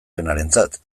duenarentzat